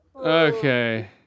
Okay